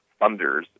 funders